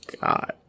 god